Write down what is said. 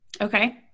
okay